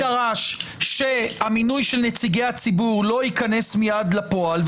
הייעוץ המשפטי דרש שהמינוי של נציגי הציבור לא ייכנס מיד לפועל,